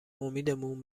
امیدمون